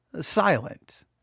silent